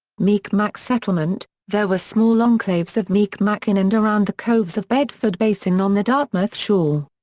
mi'kmaq settlement there were small enclaves of mi'kmaq in and around the coves of bedford basin on the dartmouth shore.